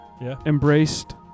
embraced